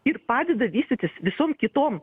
ir padeda vystytis visom kitom